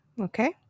Okay